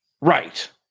Right